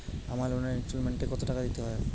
আমার লোনের ইনস্টলমেন্টৈ কত টাকা দিতে হবে?